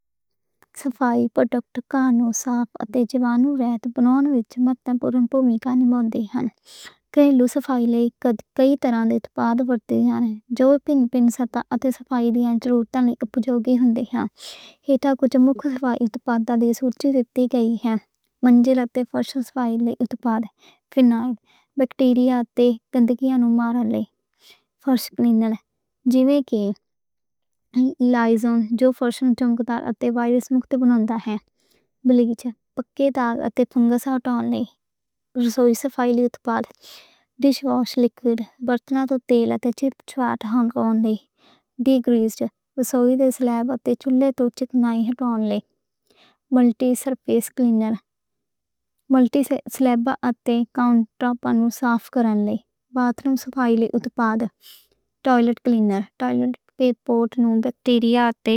صفائی پرڈکٹس گھروں نوں صاف اتے جراثیم رہِت بناؤن لئی ملٹی پرپز وچ کئی مُوڑ دے نیں۔ گھریلو صفائی لئی کَد کَئی طرح دے اُتپاد ورتے جاندے نیں۔ جو وکھ وکھ کماں اتے صفائی دیاں ضرورتاں لئی پُجوجی ہُندے نیں۔ ایہہ کُجھ مُکھ صفائی اُتپاداں دی سوچِی گِنی نیں۔ منزل اتے پروٹیکشن صفائی لئی اُتپاد پُجوجی ہن۔ بیکٹیریا اتے فنگس نوں مارن واسطے پروٹیکشن پُجوجی لئی جِیویں کہ لائزل۔ جو فرش نوں چمکدار اتے بَدبُو مُکت بناندا ہے۔ ڈِٹرجنٹ پکے داغ اتے چکنائی ساਫ਼ توں لے رسوئی صفائی لئی۔ اُتپاد ڈِش واش لیکوئڈ، برتنہ توں تیل اور چِپ چِپ ہٹاؤن لئی ڈیگریزر، رسوئی دی سِلیب اُتے بگڑا گریس لئی۔ Multi surface cleaner multi slab اتے کاؤنٹر ٹاپ نوں صاف کرن لئی۔ باتھ روم صفائی دے اُتپاد ٹوائلٹ کلینر، ٹوائلٹ باؤل نوں بیکٹیریا توں۔